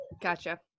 Gotcha